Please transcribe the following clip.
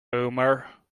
omar